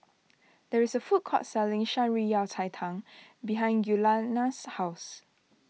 there is a food court selling Shan Rui Yao Cai Tang behind Giuliana's house